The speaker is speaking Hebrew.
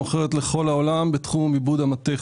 היא מוכרת לכל העולם בתחום עיבוד המתכת.